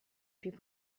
più